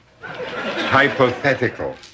Hypothetical